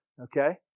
okay